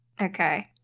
Okay